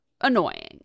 annoying